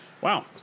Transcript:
Wow